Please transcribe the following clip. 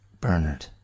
Bernard